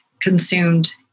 consumed